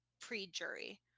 pre-jury